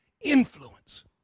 influence